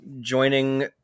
joining